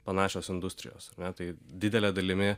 panašios industrijos ar ne tai didele dalimi